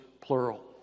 plural